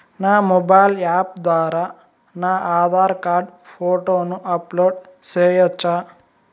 నా mobile app ద్వారా నా ఆధార్ కార్డు ఫోటోను అప్లోడ్ సేయొచ్చా?